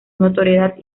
notoriedad